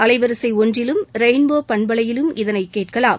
அலைவரிசை ஒன்றிலும் ரெயின்போ பண்பலையிலும் இதனை கேட்கலாம்